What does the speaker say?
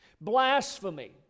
Blasphemy